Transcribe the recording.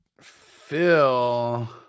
Phil